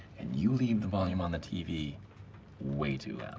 and you leave the volume on the tv way too and